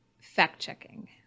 fact-checking